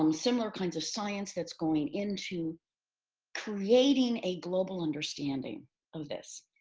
um similar kinds of science that's going into creating a global understanding of this.